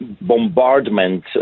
bombardment